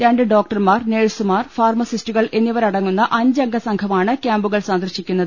രണ്ട് ഡോക്ടർമാർ നഴ്സു മാർ ഫാർമസിസ്റ്റുകൾ എന്നിവരടങ്ങുന്ന അഞ്ചംഗ സംഘമാണ് ക്യാമ്പുകൾ സന്ദർശിക്കുന്നത്